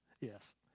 Yes